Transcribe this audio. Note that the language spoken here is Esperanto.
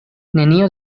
nenio